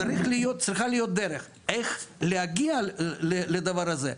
צריכה להיות דרך איך להגיע לדבר הזה?